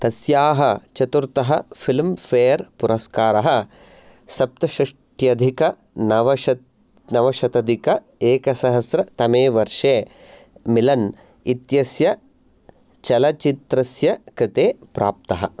तस्याः चतुर्थः Filmfare पुरस्कारः सप्तष्ट्यधिकनवशत् नवशताधिक एकसहस्रतमे वर्षे मिलन् इत्यस्य चलच्चित्रस्य कृते प्राप्तः